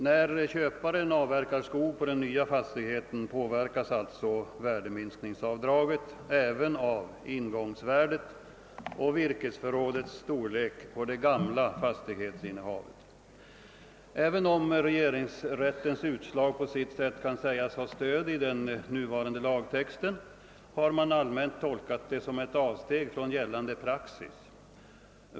När köparen avverkar skog på den nya fastigheten påverkas alltså värdeminskningsavdraget även av ingångsvärdet och virkesförrådets storlek på det gamla fastighetsinnehavet. Även om regeringsrättens utslag kan sägas ha stöd i den nuvarande lagtexten har man allmänt tolkat det som ett avsteg från gällande praxis.